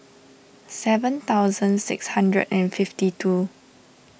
seven thousand six hundred and fifty two